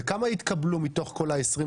כמה התקבלו מתוך כל ה-23?